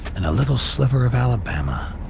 and a little sliver of alabama,